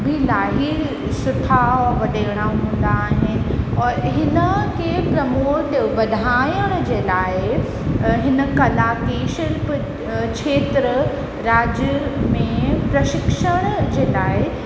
बि इलाही सुठा वॾेरा हूंदा आहिनि और हिन खे प्रमोट वधाइण जे लाइ हिन कला जी शिल्प क्षेत्र राज्य में प्रशिक्षण जे लाइ